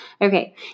Okay